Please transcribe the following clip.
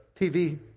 TV